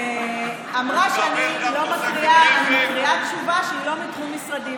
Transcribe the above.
אמרה שאני מקריאה תשובה שהיא לא מתחום משרדי,